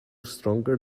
stronger